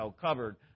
covered